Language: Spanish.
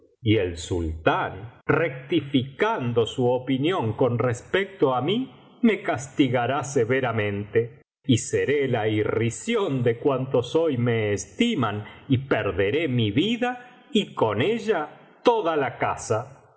y el sultán rectificando su opinión con respecto á mí me castigará severamente y seré la irrisión de cuantos hoy me estiman y perderé mi vida y con ella toda la casa